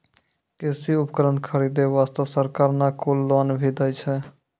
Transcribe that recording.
कृषि उपकरण खरीदै वास्तॅ सरकार न कुल लोन भी दै छै